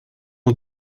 ont